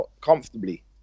comfortably